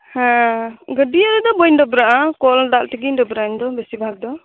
ᱦᱮᱸ ᱜᱟᱹᱰᱭᱟᱹ ᱨᱮᱫᱚ ᱵᱟᱹᱧ ᱰᱟᱹᱵᱽᱨᱟᱹᱜᱼᱟ ᱠᱚᱞ ᱫᱟᱜ ᱛᱮᱜᱮᱧ ᱰᱟᱹᱵᱽᱨᱟᱹᱜᱼᱟ ᱤᱧ ᱫᱚ ᱵᱮᱥᱤᱨ ᱵᱷᱟᱜᱽ ᱫᱚ